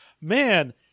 Man